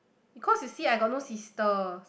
because you see I got no sister